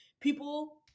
people